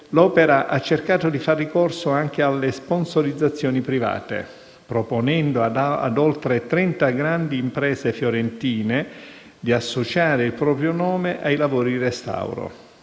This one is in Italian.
l'Opera ha cercato di far ricorso anche alle sponsorizzazioni private, proponendo a oltre 30 grandi imprese fiorentine di associare il proprio nome ai lavori di restauro.